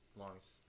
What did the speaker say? longest